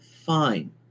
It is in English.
fine